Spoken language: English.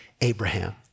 Abraham